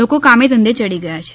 લોકો કામે ધંઘે યડી ગયા છે